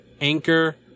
Anchor